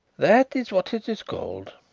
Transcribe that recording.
that is what it is called.